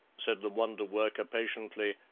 said the wonderworker patiently,